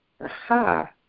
Aha